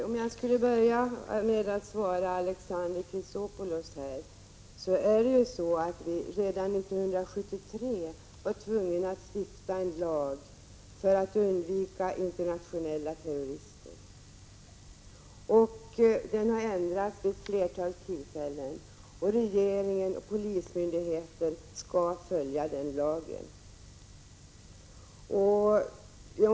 Fru talman! Låt mig börja med att svara Alexander Chrisopoulos. Vi var ju redan 1973 tvungna att stifta en lag för att undvika att internationella terrorister kommer till vårt land. Lagen har ändrats vid ett flertal tillfällen, och regering och polismyndigheter skall följa denna lag.